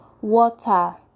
Water